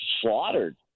slaughtered